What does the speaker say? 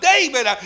David